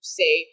say